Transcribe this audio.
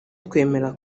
twemera